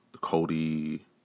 Cody